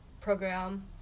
program